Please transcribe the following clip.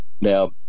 now